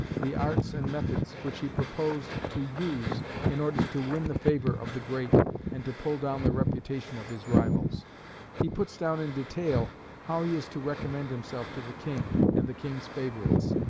the arts and methods which he proposed to use in order to win the favour of the great and to pull down the reputation of his rivals he puts down in detail how he is to recommend himself to the king and the king's favourites